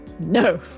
no